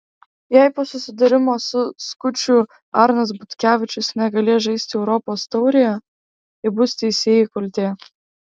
jei po susidūrimo su skuču arnas butkevičius negalės žaisti europos taurėje tai bus teisėjų kaltė